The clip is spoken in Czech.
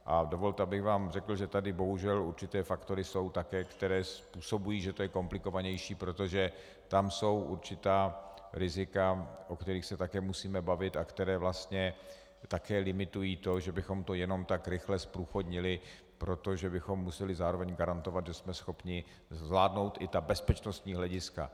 A dovolte, abych vám řekl, že tady bohužel určité faktory jsou také, které způsobují, že to je komplikovanější, protože tam jsou určitá rizika, o kterých se také musíme bavit a která vlastně také limitují to, že bychom to jenom tak rychle zprůchodnili, protože bychom museli zároveň garantovat, že jsme schopni zvládnout i bezpečnostní hlediska.